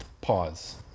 Pause